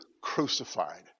crucified